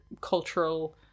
cultural